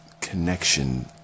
connection